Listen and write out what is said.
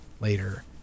later